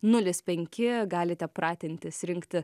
nulis penki galite pratintis rinkti